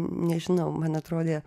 nežinau man atrodė